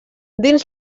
dins